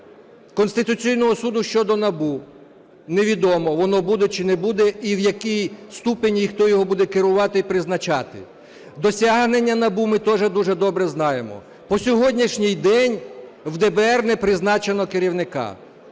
Конституційного Суду щодо НАБУ. Невідомо, воно буде чи не буде, і в якій ступінь і хто його буде керувати і призначати. Досягнення НАБУ ми також дуже добре знаємо. По сьогоднішній день в ДБР не призначено керівника.